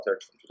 today